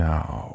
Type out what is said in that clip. Now